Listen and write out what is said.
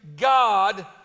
God